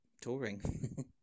touring